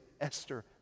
Esther